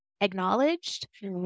acknowledged